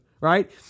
right